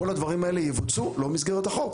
כל הדברים האלה יבוצעו לא במסגרת החוק